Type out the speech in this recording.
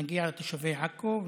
מגיע לתושבי עכו,